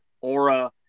aura